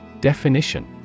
Definition